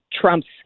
trumps